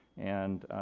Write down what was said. and,